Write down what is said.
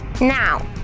Now